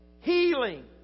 healing